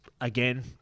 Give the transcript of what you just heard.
Again